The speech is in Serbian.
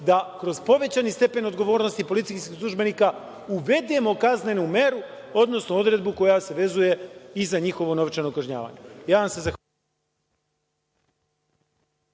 da kroz povećani stepen odgovornosti policijskih službenika uvedemo kaznenu meru, odnosno odredbu koja se vezuje i za njihovo novčano kažnjavanje.